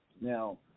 Now